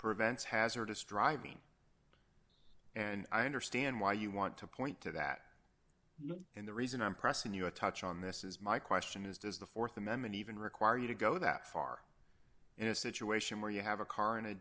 prevents hazardous driving and i understand why you want to point to that and the reason i'm pressing you a touch on this is my question is does the th amendment even require you to go that far in a situation where you have a car an a